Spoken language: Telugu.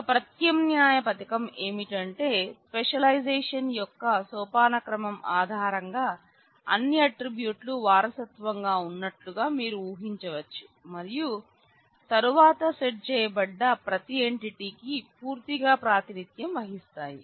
ఒక ప్రత్యామ్నాయ పథకం ఏమిటంటే స్పెషలైజేషన్ యొక్క సోపానక్రమం ఆధారంగా అన్ని ఆట్రిబ్యూట్ లు వారసత్వంగా ఉన్నట్లుగా మీరు ఊహించవచ్చు మరియు తరువాత సెట్ చేయబడ్డ ప్రతి ఎంటిటీకి పూర్తిగా ప్రాతినిధ్యం వహిస్తాయి